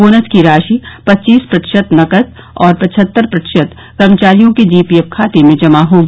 bonus की राशि पच्चीस प्रतिशत नकद और पचहत्तर प्रतिशत कर्मचारियों के जीपीएफ खाते में जमा होगी